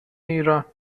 ایران